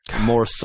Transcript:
more